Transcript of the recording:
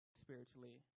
spiritually